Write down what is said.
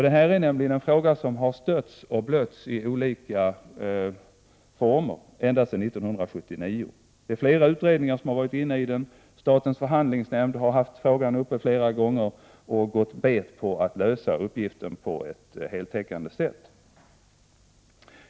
Den har nämligen stötts och blötts i olika former ända sedan 1979. Flera utredningar har behandlat den. Statens förhandlingsnämnd har haft frågan uppe flera gånger men gått bet på att lösa uppgiften på ett heltäckande sätt.